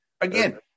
again –